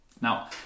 Now